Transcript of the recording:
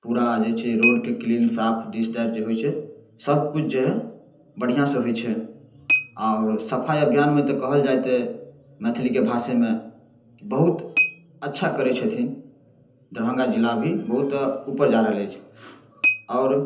पूरा जे छै रोडके क्लीन साफ दिस दैट जे होइ छै सबकिछु जे हइ बढ़िआँसँ होइ छै आओर सफाइ अभियानमे तऽ कहल जाइ तऽ मैथिलीके भाषेमे बहुत अच्छा करै छथिन दरभङ्गा जिला भी बहुत उपर जा रहल अछि आओर